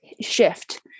shift